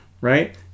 right